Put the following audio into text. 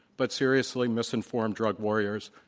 but seriously misinformed drug warriors,